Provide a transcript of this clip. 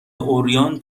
عریان